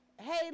hey